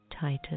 title